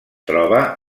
troba